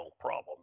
problem